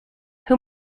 who